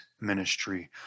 ministry